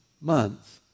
months